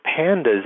pandas